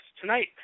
tonight